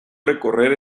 recorrer